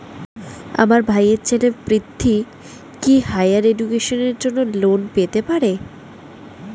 আমার ভাইয়ের ছেলে পৃথ্বী, কি হাইয়ার এডুকেশনের জন্য লোন পেতে পারে?